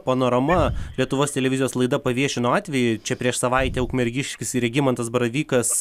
panorama lietuvos televizijos laida paviešino atvejį čia prieš savaitę ukmergiškis regimantas baravykas